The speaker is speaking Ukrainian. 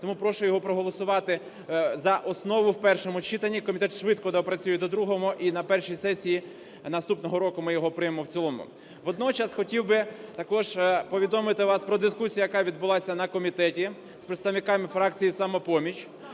тому прошу його проголосувати за основу в першому читанні. Комітет швидко доопрацює до другого і на першій сесії наступного року ми його приймемо в цілому. Водночас хотів би також повідомити вас про дискусію, яка відбулася на комітеті з представниками фракції "Самопоміч",